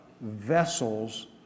vessels